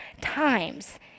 times